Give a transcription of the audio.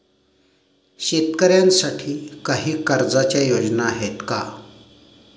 शेतकऱ्यांसाठी काही कर्जाच्या योजना आहेत का?